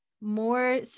more